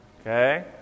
okay